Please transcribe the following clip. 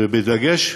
ובדגש,